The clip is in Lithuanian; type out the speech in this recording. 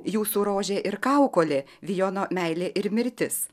jūsų rožė ir kaukolė vijono meilė ir mirtis